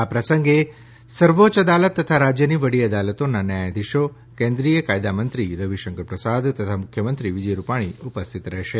આ પ્રસંગે સર્વોચ્ય અદાલત તથા રાજ્યની વડી અદાલતોનાં ન્યાયધીશો કેન્દ્રીય કાયદામંત્રી રવિશંકર પ્રસાદ તથા મુખ્યમંત્રી વિજય રૂપાણી ઉપસ્થિત રહેશે